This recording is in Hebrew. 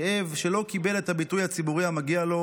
כאב שלא קיבל את הביטוי הציבורי המגיע לו,